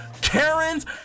Karen's